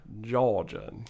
Georgia